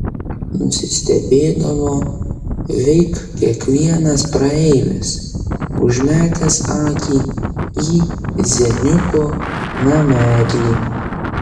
nusistebėdavo veik kiekvienas praeivis užmetęs akį į zeniuko namelį